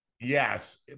Yes